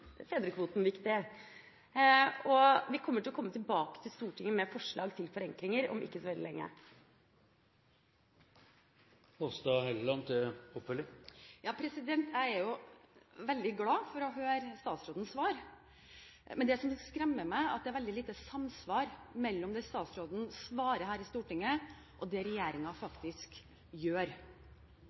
fedrekvoten viktig. Vi vil komme tilbake til Stortinget med forslag til forenklinger om ikke så veldig lenge. Jeg er veldig glad for å høre statsrådens svar, men det som skremmer meg, er at det er veldig lite samsvar mellom det statsråden svarer her i Stortinget, og det regjeringen faktisk gjør.